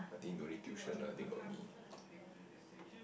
I think don't need tuition lah I think about me